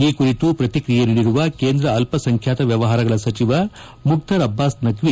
ಈ ಕುರಿತು ಪ್ರತಿಕ್ರಿಯೆ ನೀಡಿರುವ ಕೇಂದ್ರ ಅಲ್ಪಸಂಖ್ವಾತ ವ್ಯವಹಾರಗಳ ಸಚಿವ ಮುಖ್ತಾರ್ ಅಬ್ವಾಸ್ ನಖ್ವಿ